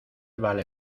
vale